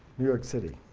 new york city.